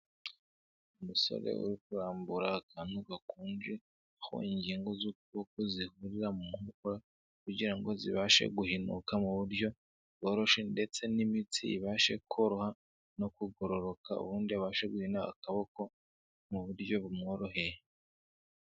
Umusore uri kurambura akantu gakonje, aho ingingo z'ukuboko zihurira mu mu nkokora kugira ngo zibashe guhinuka mu buryo bworoshye ndetse n'imitsi ibashe koroha no kugororoka ubundi abashe guhina akaboko mu buryo bumworoheye.